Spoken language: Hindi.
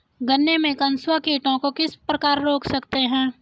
गन्ने में कंसुआ कीटों को किस प्रकार रोक सकते हैं?